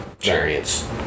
variants